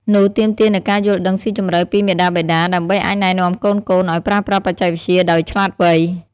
នេះទាមទារនូវការយល់ដឹងស៊ីជម្រៅពីមាតាបិតា ដើម្បីអាចណែនាំកូនៗឱ្យប្រើប្រាស់បច្ចេកវិទ្យាដោយឆ្លាតវៃ។